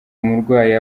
umurwayi